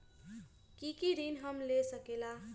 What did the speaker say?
की की ऋण हम ले सकेला?